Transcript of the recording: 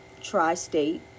tri-state